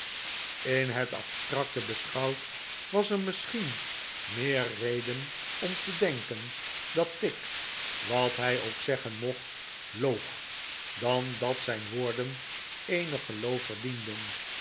in het abstracte beschouwd was er misschien meer reden om te denken dat tigg wat hij ook zeggen mocht loog dan dat zijn woorden eenig geloof verdienden